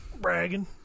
Bragging